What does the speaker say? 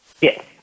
Yes